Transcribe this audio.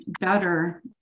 better